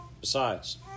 Besides